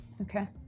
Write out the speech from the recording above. Okay